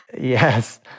Yes